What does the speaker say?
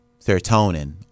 Serotonin